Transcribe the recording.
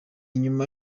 nyuma